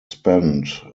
spanned